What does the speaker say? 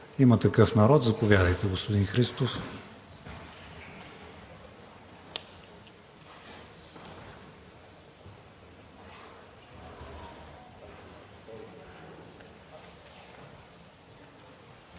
„Има такъв народ“? Заповядайте, господин Христов.